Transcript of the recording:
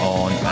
on